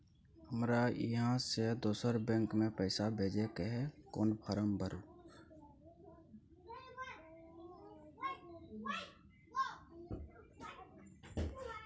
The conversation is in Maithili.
हमरा इहाँ से दोसर बैंक में पैसा भेजय के है, कोन फारम भरू?